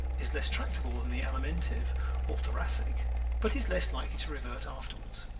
is less tractable than the alimentive or thoracic but is less likely to revert afterwards.